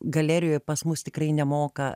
galerijoj pas mus tikrai nemoka